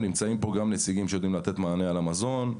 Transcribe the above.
נמצאים פה נציגים שיודעים לתת מענה על המזון,